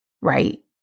right